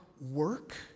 work